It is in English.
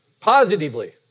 Positively